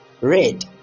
red